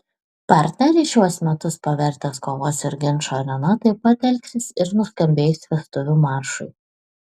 partneris šiuos metus pavertęs kovos ir ginčų arena taip elgsis ir nuskambėjus vestuvių maršui